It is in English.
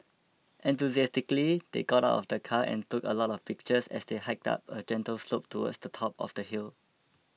enthusiastically they got out of the car and took a lot of pictures as they hiked up a gentle slope towards the top of the hill